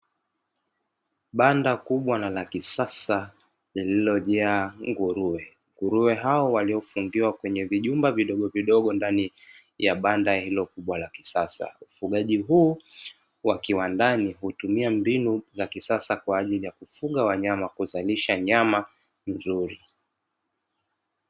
Banda kubwa na la kisasa lililojaa nguruwe. Nguruwe hao waliofungiwa kwenye vijumba vidogovidogo ndani ya banda hilo kubwa la kisasa, ufugaji huu wa kiwandani hutumia mbinu za kisasa kwaajili ya kufuga wanyama kuzalisha nyama nzuri.